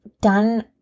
done